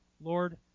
Lord